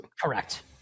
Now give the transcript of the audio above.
Correct